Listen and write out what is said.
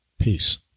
Peace